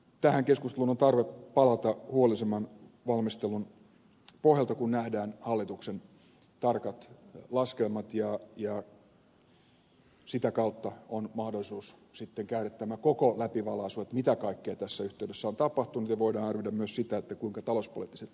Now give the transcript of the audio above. tähän keskusteluun on tarve palata huolellisemman valmistelun pohjalta kun nähdään hallituksen tarkat laskelmat ja sitä kautta on mahdollisuus sitten käydä tämä koko läpivalaisu mitä kaikkea tässä yhteydessä on tapahtunut ja voidaan arvioida myös sitä kuinka talouspoliittisesti tämä oli järkevää